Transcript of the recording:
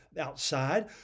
outside